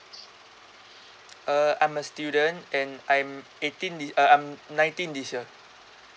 uh I'm a student and I'm eighteen thi~ uh I'm nineteen this year